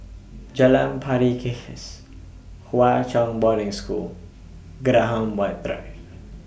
Jalan Pari Kikis Hwa Chong Boarding School Graham White Drive